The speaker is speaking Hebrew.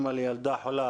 אמא לילדה חולה.